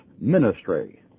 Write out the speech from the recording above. ministry